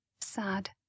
sad